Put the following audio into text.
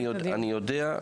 אני יודע.